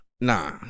Nah